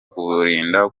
kubirinda